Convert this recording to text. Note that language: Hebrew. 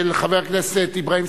של חבר הכנסת אברהים